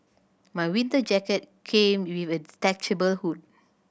my winter jacket came with a detachable hood